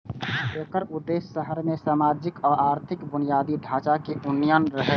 एकर उद्देश्य शहर मे सामाजिक आ आर्थिक बुनियादी ढांचे के उन्नयन रहै